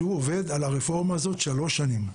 שהוא עובד על הרפורמה הזאת שלוש שנים.